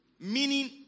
Meaning